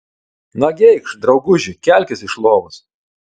nagi eikš drauguži kelkis iš lovos